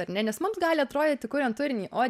ar ne nes mums gali atrodyti kuriant turinį o